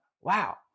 Wow